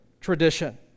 tradition